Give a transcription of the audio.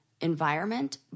environment